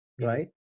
right